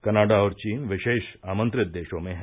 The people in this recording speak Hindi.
कनाडा और चीन विशेष आमंत्रित देशों में हैं